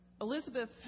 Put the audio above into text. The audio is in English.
Elizabeth